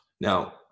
Now